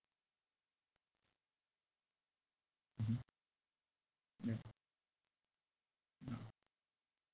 mmhmm ya a'ah